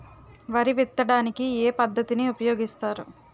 వరి విత్తడానికి ఏ పద్ధతిని ఉపయోగిస్తారు?